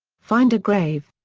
find a grave.